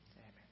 Amen